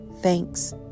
thanks